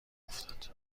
افتاد